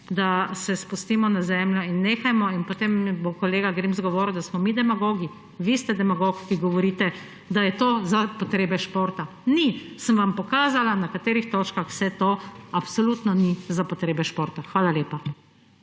da se spustimo na zemljo in nehajmo. Potem mi bo kolega Grims govoril, da smo mi demagogi. Vi ste demagog, ki govorite, da je to za potrebe športa. Ni, sem vam pokazala, na katerih točkah vse to absolutno ni za potrebe športa. Hvala lepa.